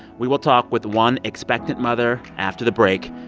we will talk with one expectant mother after the break.